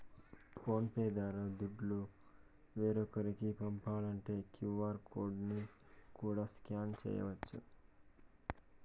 phone pay ద్వారా దుడ్డు వేరోకరికి పంపాలంటే క్యూ.ఆర్ కోడ్ ని కూడా స్కాన్ చేయచ్చు